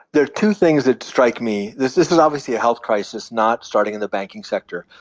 there are two things that strike me. this this is obviously a health crisis not starting in the banking sector,